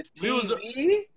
TV